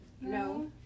No